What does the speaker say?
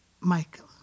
Michael